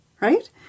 Right